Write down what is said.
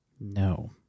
no